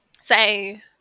say